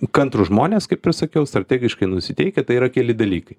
kantrūs žmonės kaip ir sakiau strategiškai nusiteikę tai yra keli dalykai